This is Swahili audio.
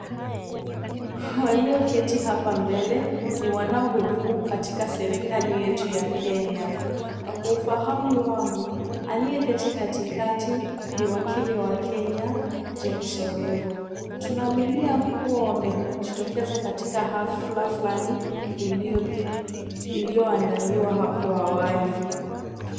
Walioketi hapa mbele ni wanaohudumu katika serikali yetu ya Kenya na kwa ufahamu wangu, aliyeketi katikati ni wakili wa Kenya, James Orengo. Tunaaminia kuwa wamejitokeza katika hafla fulani iliyoandaliwa hapo awali.